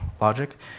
logic